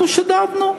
אנחנו שדדנו?